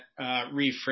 reframed